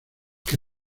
que